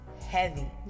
heavy